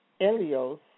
elios